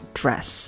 dress